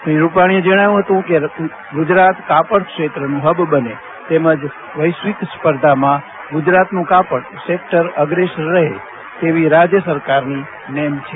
શ્રી રૂપાણીએ જણાવ્યું હતું કે ગુજરાત કાપડ ક્ષેત્રનું હબ બને તેમજ વૈશ્વિક સ્પર્ધાત્મકતામાં ગુજરાતનું કાપડ સેક્ટર અગ્રેસર રહે તેવી રાજ્ય સરકારની નેમ છે